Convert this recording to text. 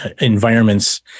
environments